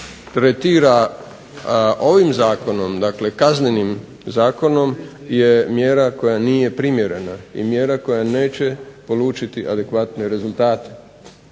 tretira ovim zakonom, dakle Kaznenim zakonom, je mjera koja nije primjerena i mjera koja neće polučiti adekvatne rezultate.